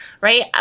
right